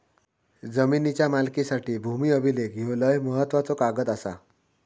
जमिनीच्या मालकीसाठी भूमी अभिलेख ह्यो लय महत्त्वाचो कागद आसा